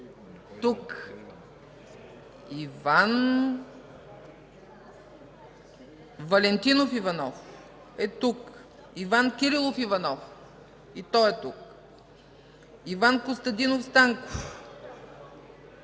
Иван Валентинов Иванов- тук Иван Кирилов Иванов- тук Иван Костадинов Станков-